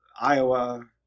Iowa